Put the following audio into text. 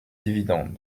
dividendes